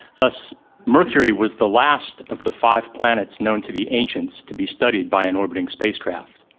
thus mercury was the last of the five planets known to the ancients to be studied by an orbiting spacecraft.